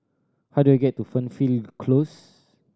how do I get to Fernhill Close